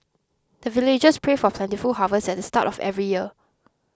the villagers pray for plentiful harvest at the start of every year